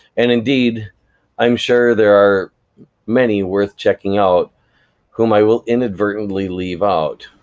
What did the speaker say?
and indeed i'm sure there are many worth checking out whom i will inadvertently leave out,